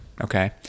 Okay